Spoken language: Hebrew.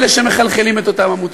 אלה שמכלכלים את אותן עמותות.